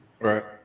right